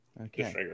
Okay